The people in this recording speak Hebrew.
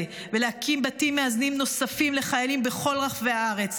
ולהקים בתים מאזנים נוספים לחיילים בכל רחבי הארץ,